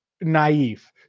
naive